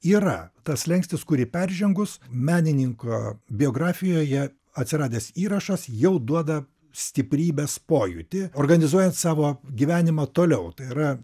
yra tas slenkstis kurį peržengus menininko biografijoje atsiradęs įrašas jau duoda stiprybės pojūtį organizuojant savo gyvenimą toliau tai yra